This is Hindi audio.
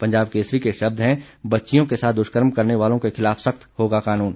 पंजाब केसरी के शब्द हैं बच्चियों के साथ दुष्कर्म करने वालों के खिलाफ सख्त होगा कानून